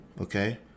okay